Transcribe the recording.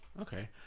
Okay